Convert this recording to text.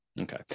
Okay